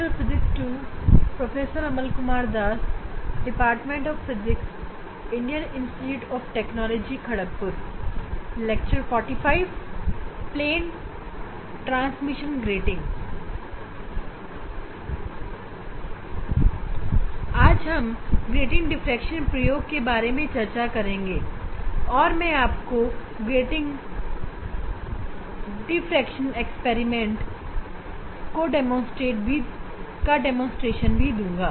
आज हम grating diffraction प्रयोग के बारे में चर्चा करेंगे और मैं आपको ग्रेटिंग डिफ़्रैक्शन प्रयोग का प्रदर्शन भी करके दिखाऊंगा